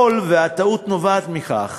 יכול שהטעות נובעת מכך